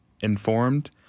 informed